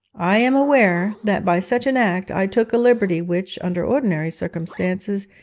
i am aware that by such an act i took a liberty which, under ordinary circumstances,